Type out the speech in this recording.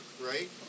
right